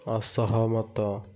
ଅସହମତ